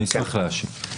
אני אשמח להשיב.